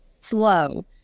slow